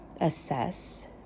assess